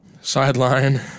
sideline